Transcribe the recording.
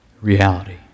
reality